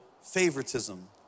favoritism